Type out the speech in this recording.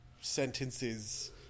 sentences